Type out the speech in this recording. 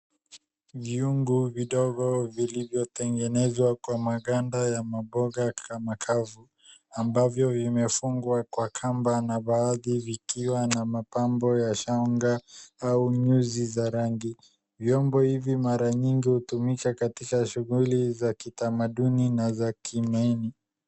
Viungo vidogo vilivyotengenezwa kwa maganda ya maboga kama kazu ambavyo vimefungwa kwa kamba na baadhi vikiwa na mapambo ya shanga au nyuzi za rangi. Vyombo hivi mara nyingi hutumika katika shughuli za kitamaduni na za kimaini.